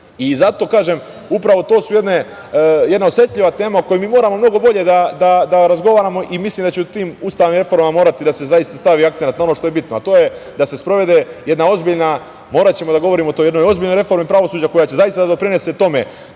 kažem, upravo to je jedna osetljiva tema, o kojoj mi moramo mnogo bolje da razgovaramo i mislim da će u tim ustavnim reformama morati da se, zaista stavi akcenat na ono što je bitno, a to je da se sprovede jedna ozbiljna, moraćemo da govorimo o toj jednoj ozbiljnoj reformi pravosuđa, koja će zaista da doprinese tome